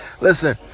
Listen